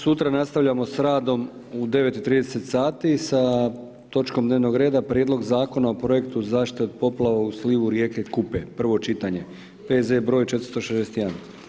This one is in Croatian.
Sutra nastavljamo s radom u 9,30 sati sa točkom dnevnog reda: - Prijedlog zakona o projektu zaštite od poplava u slivu rijeke Kupe, prvo čitanje, P.Z. broj 461.